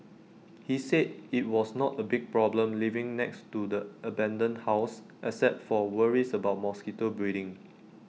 he said IT was not A big problem living next to the abandoned house except for worries about mosquito breeding